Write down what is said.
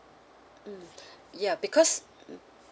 mm ya because mm